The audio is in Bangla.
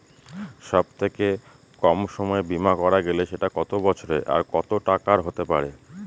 সব থেকে কম সময়ের বীমা করা গেলে সেটা কত বছর আর কত টাকার হতে পারে?